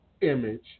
image